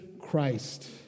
Christ